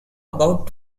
about